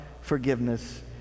forgiveness